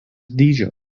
dydžio